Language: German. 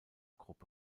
gruppe